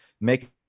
make